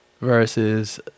versus